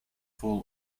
full